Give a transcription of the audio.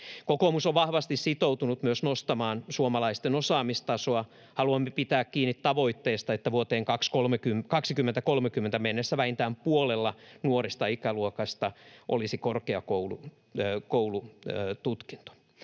Kokoomus on vahvasti sitoutunut myös nostamaan suomalaisten osaamistasoa. Haluamme pitää kiinni tavoitteesta, että vuoteen 2030 mennessä vähintään puolella nuoresta ikäluokasta olisi korkeakoulututkinto.